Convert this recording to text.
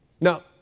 Now